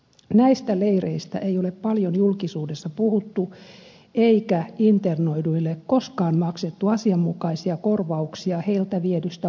näistä leireistä ei ole paljon julkisuudessa puhuttu eikä internoiduille koskaan maksettu asianmukaisia korvauksia heiltä viedystä omaisuudesta